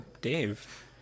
Dave